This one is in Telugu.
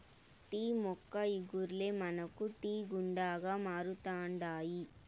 టీ మొక్క ఇగుర్లే మనకు టీ గుండగా మారుతండాయి